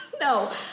No